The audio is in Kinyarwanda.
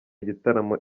gitaramo